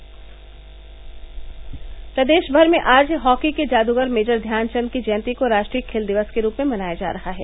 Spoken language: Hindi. स स स प्रदेश भर में आज हॉकी के जादूगर मेजर ध्यानवन्द की जयंती को राष्ट्रीय खेल दिक्स के रूप में मनाया जा रहा है